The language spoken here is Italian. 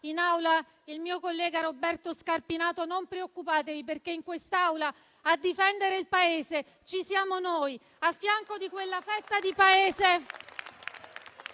in Aula il mio collega Roberto Scarpinato, non preoccupatevi perché in quest'Aula a difendere il Paese ci siamo noi, a fianco di quella fetta di Paese